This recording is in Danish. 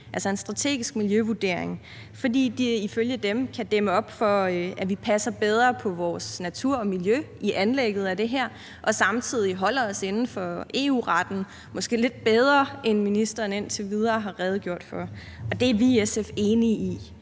altså en strategisk miljøvurdering, fordi det ifølge dem kan dæmme op, i forhold til at vi passer bedre på vores natur og miljø i anlæggelsen af det her og samtidig holder os inden for EU-retten, måske lidt bedre end ministeren indtil videre har redegjort for, og det er vi i SF enige i.